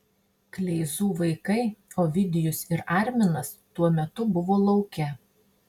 kleizų vaikai ovidijus ir arminas tuo metu buvo lauke